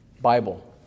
Bible